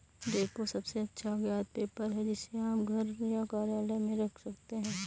repro सबसे अच्छा ज्ञात पेपर है, जिसे आप घर या कार्यालय में रख सकते हैं